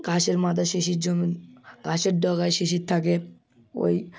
ঘাসের মাথায় শিশির জমে ঘাসের ডগায় শিশির থাকে ওই